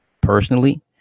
personally